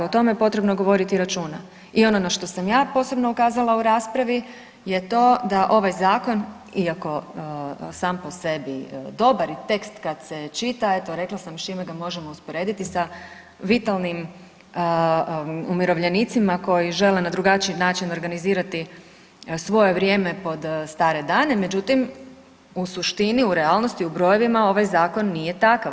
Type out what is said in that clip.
O tome je potrebno voditi računa i na ono na što sam ja posebno ukazala u raspravi je to da ovaj zakon iako sam po sebi dobar i tekst kad se čita, eto rekla sam s čime ga možemo usporediti sa vitalnim umirovljenicima koji žele na drugačiji način organizirati svoje vrijeme pod stare dane, međutim u suštini u realnosti u brojevima ovaj zakon nije takav.